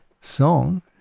song